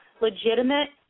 legitimate